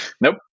Nope